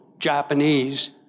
Japanese